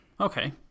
Okay